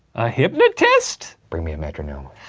a hypnotist? bring me a metronome.